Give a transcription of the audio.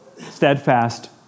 steadfast